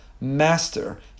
master